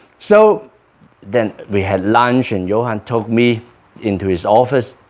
so then we had lunch and johan took me into his office